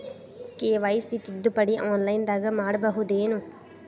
KYC ತಿದ್ದುಪಡಿ ಆನ್ಲೈನದಾಗ್ ಮಾಡ್ಬಹುದೇನು?